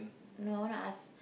no I want to ask